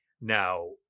Now